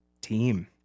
team